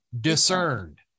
discerned